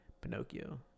Pinocchio